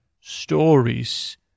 stories